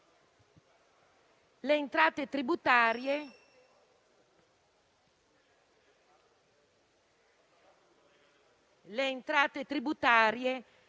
Le entrate tributarie